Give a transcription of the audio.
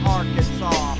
Arkansas